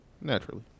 Naturally